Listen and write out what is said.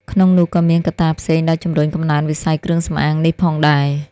ក្នុងនោះក៏មានកត្តាផ្សេងដែលជំរុញកំណើនវិស័យគ្រឿងសម្អាងនេះផងដែរ។